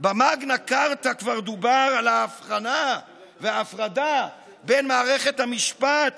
במגנה כרטה כבר דובר על ההבחנה וההפרדה בין מערכת המשפט